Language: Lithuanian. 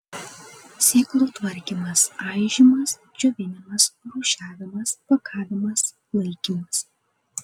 sėklų tvarkymas aižymas džiovinimas rūšiavimas pakavimas laikymas